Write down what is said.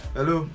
Hello